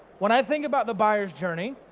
when i think about the buyers' journey,